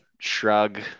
shrug